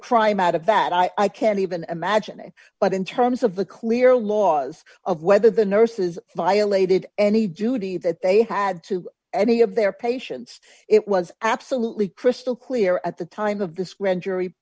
a crime out of that i can't even imagine it but in terms of the clear laws of whether the nurses violated any duty that they had to any of their patients it was absolutely crystal clear at the time of this grand jury